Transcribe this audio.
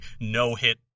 no-hit